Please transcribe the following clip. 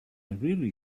really